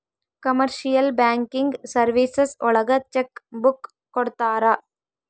commercial banking services ಒಳಗ cheque book ಕೊಡ್ತಾರ